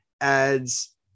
adds